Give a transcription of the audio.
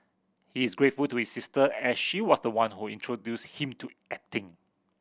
he is grateful to his sister as she was the one who introduced him to acting